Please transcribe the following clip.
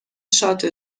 شات